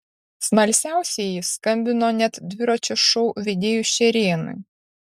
smalsiausieji skambino net dviračio šou vedėjui šerėnui